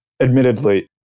admittedly